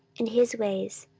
and his ways,